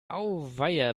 auweia